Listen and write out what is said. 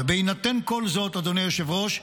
ובהינתן כל זאת, אדוני היושב-ראש,